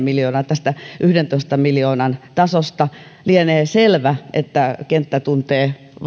miljoonaa tästä yhdentoista miljoonan tasosta lienee selvää että kenttä tuntee